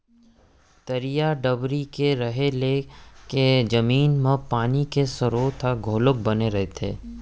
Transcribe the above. तरिया डबरी के रहें ले जमीन म पानी के सरोत ह घलोक बने रहिथे